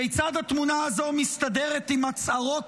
כיצד התמונה הזו מסתדרת עם הצהרות